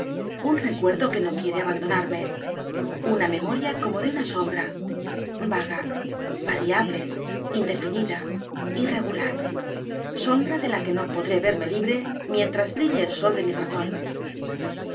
un recuerdo que no quiere abandonarme una memoria como de una sombra vaga variable indefinida i r r e g u l a r sombra de la que no podré verme libre mientras brille el sol de mi razón